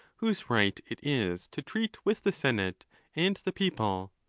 whose right it is to treat with the senate and the people.